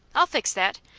i'll fix that.